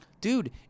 Dude